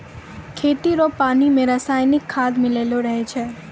खेतो रो पानी मे रसायनिकी खाद मिल्लो रहै छै